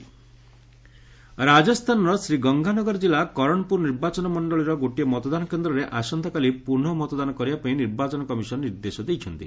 ରି ଇଲେକ୍ସନ ରାଜସ୍ଥାନ ରାଜସ୍ଥାନର ଶ୍ରୀଗଙ୍ଗାନଗର ଜିଲ୍ଲା କରଣପୁର ନିର୍ବାଚନ ମଣ୍ଡଳୀର ଗୋଟିଏ ମତଦାନ କେନ୍ଦ୍ରରେ ଆସନ୍ତାକାଲି ପୁନଃ ମତଦାନ କରିବା ପାଇଁ ନିର୍ବାଚନ କମିଶନ ନିର୍ଦ୍ଦେଶ ଦେଇଛନ୍ତି